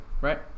right